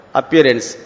appearance